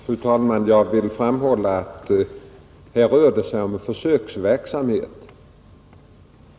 Fru talman! Jag vill framhålla att det här rör sig om en försöksverksamhet.